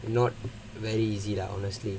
not very easy lah honestly